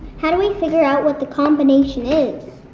how do we figure out what the combination is?